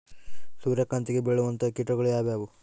ಸೂರ್ಯಕಾಂತಿಗೆ ಬೇಳುವಂತಹ ಕೇಟಗಳು ಯಾವ್ಯಾವು?